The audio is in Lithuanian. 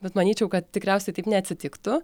bet manyčiau kad tikriausiai taip neatsitiktų